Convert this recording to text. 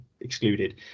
excluded